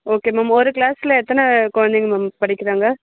okay ma'am ஒரு க்ளாஸ்ல எத்தனை குழந்தைங்க மேம் படிக்கிறாங்க